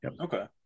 Okay